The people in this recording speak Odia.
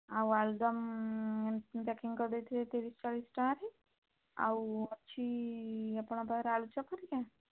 ଆଉ ଆଳୁଦମ୍ ପ୍ୟାକିଂ କରିଦେଇଥିବେ ତିରିଶ ଚାଳିଶ ଟଙ୍କାରେ ଆଉ ଅଛି ଆପଣଙ୍କ ପାଖରେ ଆଳୁଚପ୍ ହେରିକା